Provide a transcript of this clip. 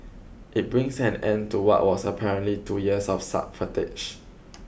it brings an end to what was apparently two years of subterfuge